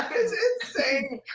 is insane!